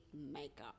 makeup